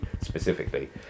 specifically